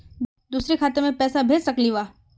दुसरे खाता मैं पैसा भेज सकलीवह?